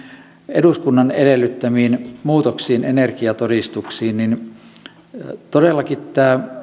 eduskunnan edellyttämiin muutoksiin energiatodistuksiin todellakin tämä